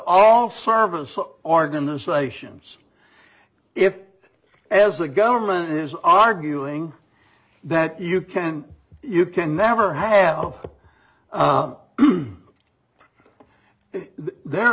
all service organizations if as the government is arguing that you can you can never have it they're